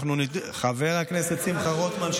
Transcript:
חבר הכנסת שמחה רוטמן,